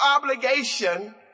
obligation